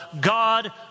God